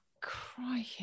crying